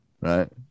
right